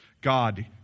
God